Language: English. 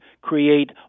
create